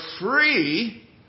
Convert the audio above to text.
free